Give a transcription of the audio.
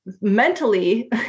mentally